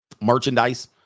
merchandise